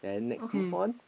okay